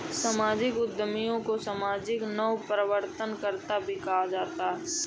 सामाजिक उद्यमियों को सामाजिक नवप्रवर्तनकर्त्ता भी कहा जाता है